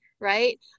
Right